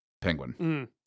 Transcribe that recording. Penguin